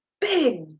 big